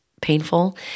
painful